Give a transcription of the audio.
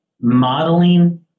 modeling